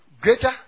greater